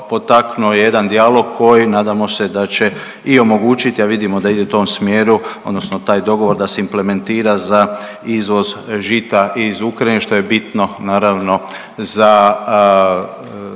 potaknuo je jedan dijalog koji nadamo se da će i omogućiti, a vidimo da ide u tom smjeru odnosno taj dogovor da se implementira za izvoz žita iz Ukrajine što je bitno naravno za